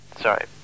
Sorry